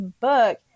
book